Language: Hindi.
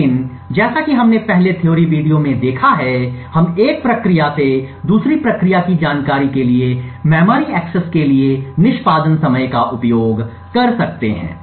लेकिन जैसा कि हमने पहले थ्योरी वीडियो में देखा है हम एक प्रक्रिया से दूसरी प्रक्रिया की जानकारी के लिए मेमोरी एक्सेस के लिए निष्पादन समय का उपयोग कर सकते हैं